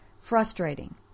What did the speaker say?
Frustrating